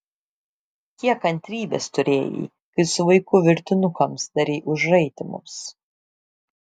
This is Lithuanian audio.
kiek kantrybės turėjai kai su vaiku virtinukams darei užraitymus